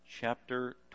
chapter